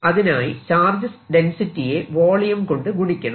അതിനായി ചാർജ് ഡെൻസിറ്റിയെ വോളിയം കൊണ്ട് ഗുണിക്കണം